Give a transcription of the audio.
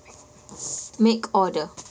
make order